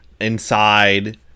inside